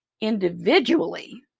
individually